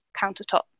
countertop